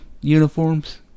uniforms